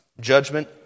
judgment